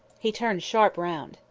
he turned sharp round.